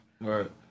Right